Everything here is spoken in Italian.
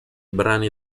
brani